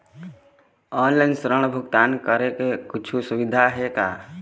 Online ऋण भुगतान करे के कुछू सुविधा हे का?